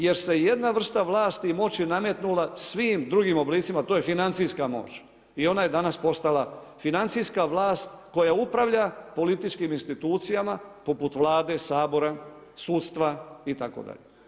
Jer se jedna vrsta vlasti i moći nametnula svim drugim oblicima, to je financijska moć i ona je danas postala financijska vlast koja upravlja političkim institucijama poput Vlade, Sabora, sudstva itd.